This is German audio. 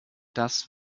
das